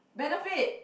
benefit